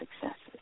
successes